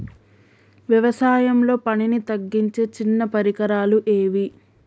వ్యవసాయంలో పనిని తగ్గించే చిన్న పరికరాలు ఏవి?